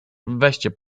weźcie